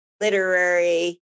literary